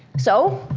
so,